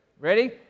Ready